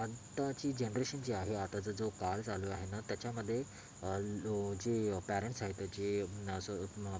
आत्ताची जनरेशन जी आहे आत्ताचा जो काळ चालू आहे ना त्याच्यामध्ये ल जे पॅरेंटस आहेत जे स